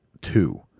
two